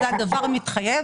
זה הדבר המתחייב